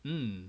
mm